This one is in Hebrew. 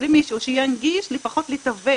למישהו שינגיש, לפחות לתווך?